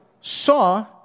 saw